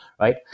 right